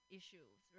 issues